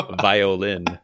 violin